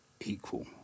Equal